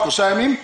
שלושה ימים.